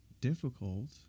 difficult